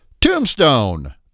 Tombstone